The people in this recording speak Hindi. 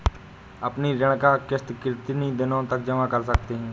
अपनी ऋण का किश्त कितनी दिनों तक जमा कर सकते हैं?